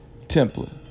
template